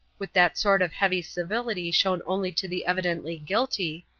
with that sort of heavy civility shown only to the evidently guilty,